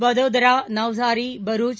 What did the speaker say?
Vadodara Navsari Bharuch